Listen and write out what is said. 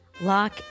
lock